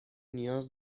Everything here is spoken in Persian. نیاز